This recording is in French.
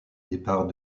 départ